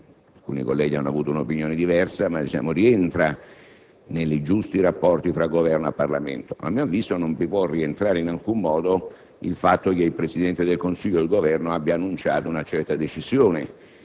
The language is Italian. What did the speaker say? alcuni colleghi hanno avuto un'opinione diversa - nei giusti rapporti tra Governo e Parlamento; a mio avviso, non vi può rientrare in alcun modo il fatto che il Presidente del Consiglio o il Governo, abbiano annunciato una certa decisione.